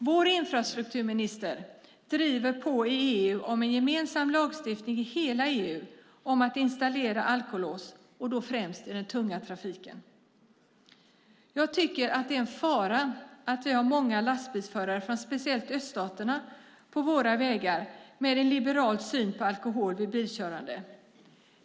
Vår infrastrukturminister driver på i EU för en gemensam lagstiftning i hela EU om att installera alkolås och då främst i den tunga trafiken. Jag tycker att det är en fara att vi har många lastbilsförare från speciellt öststaterna på våra vägar med en liberal syn på alkohol vid bilkörande.